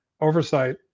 oversight